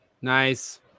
Nice